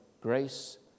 grace